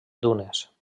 dunes